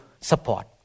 support